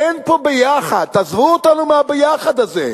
אין פה ביחד, תעזבו אותנו מהביחד הזה.